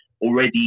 already